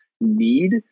need